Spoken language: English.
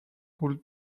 would